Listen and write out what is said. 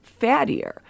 fattier